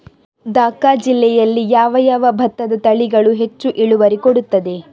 ದ.ಕ ಜಿಲ್ಲೆಯಲ್ಲಿ ಯಾವ ಯಾವ ಭತ್ತದ ತಳಿಗಳು ಹೆಚ್ಚು ಇಳುವರಿ ಕೊಡುತ್ತದೆ?